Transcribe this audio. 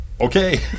Okay